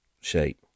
shape